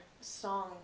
song